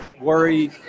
worry